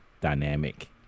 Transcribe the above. dynamic